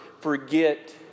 forget